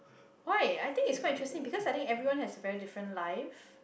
why I think is quite interesting because I think everyone has very different life